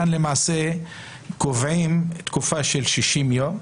כאן למעשה קובעים תקופה של 60 יום.